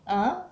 (uh huh)